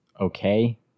okay